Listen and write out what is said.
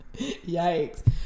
Yikes